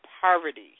poverty